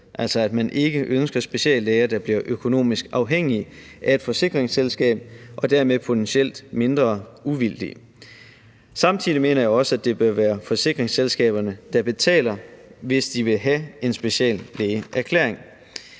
altså at man ikke ønsker speciallæger, der bliver økonomisk afhængige af et forsikringsselskab og dermed potentielt mindre uvildige. Samtidig mener jeg også, at det bør være forsikringsselskaberne, der betaler, hvis de ville have en speciallægeerklæring.